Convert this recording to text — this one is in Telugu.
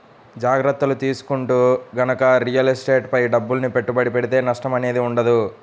జాగర్తలు తీసుకుంటూ గనక రియల్ ఎస్టేట్ పై డబ్బుల్ని పెట్టుబడి పెడితే నష్టం అనేది ఉండదు